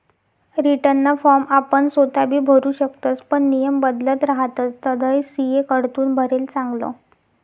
रीटर्नना फॉर्म आपण सोताबी भरु शकतस पण नियम बदलत रहातस तधय सी.ए कडथून भरेल चांगलं